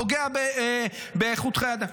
פוגע באיכות חיי אדם.